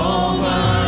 over